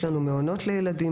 "מוסד" מעונות לילדים,